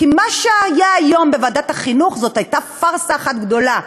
כי מה שהיה היום בוועדת החינוך היה פארסה אחת גדולה.